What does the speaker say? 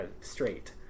straight